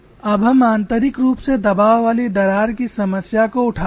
अब हम आंतरिक रूप से दबाव वाली दरार की समस्या को उठाते हैं